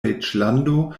reĝlando